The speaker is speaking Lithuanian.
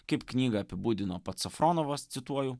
kaip knygą apibūdino pats safronovas cituoju